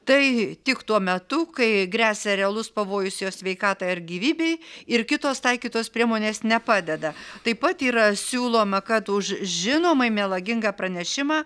tai tik tuo metu kai gresia realus pavojus jo sveikatai ar gyvybei ir kitos taikytos priemonės nepadeda taip pat yra siūloma kad už žinomai melagingą pranešimą